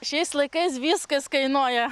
šiais laikais viskas kainuoja